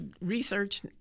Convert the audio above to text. research